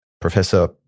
Professor